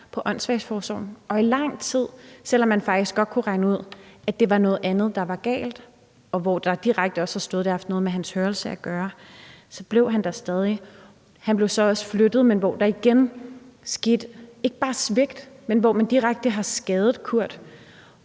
i åndssvageforsorgen i lang tid, selv om man faktisk godt kunne regne ud, at det var noget andet, der var galt, og der stod også direkte, at det havde noget med hans hørelse at gøre. Han blev der stadig. Han blev så også flyttet, men så skete der igen ikke bare svigt, men man skadede direkte Kurt